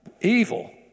evil